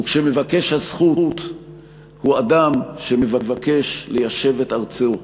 וכשמבקש הזכות הוא אדם שמבקש ליישב את ארצו,